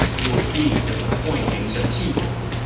you would be disappointing the people.